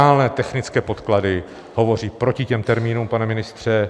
Reálné technické podklady hovoří proti těm termínům, pane ministře.